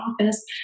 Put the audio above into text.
office